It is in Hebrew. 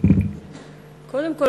קודם כול,